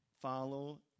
follow